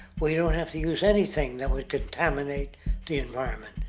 we don't have to use anything that would contaminate the environment.